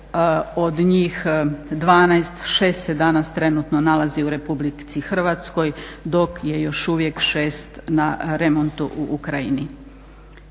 Od njih 12, 6 se danas trenutno nalazi u RH dok je još uvijek 6 na remontu u Ukrajini.